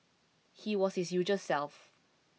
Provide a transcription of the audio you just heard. he was his usual self